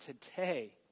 today